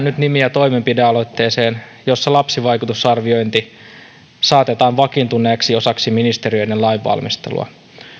nyt nimiä toimenpidealoitteeseen jossa lapsivaikutusarviointi saatetaan vakiintuneeksi osaksi ministeriöiden lainvalmistelua